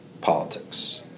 politics